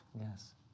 yes